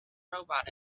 robot